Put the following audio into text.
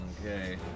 Okay